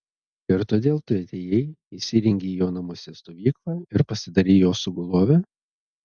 ir todėl tu atėjai įsirengei jo namuose stovyklą ir pasidarei jo sugulove